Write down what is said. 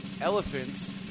Elephants